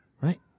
Right